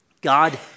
God